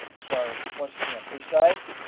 so once again be safe,